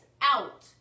out